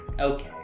Okay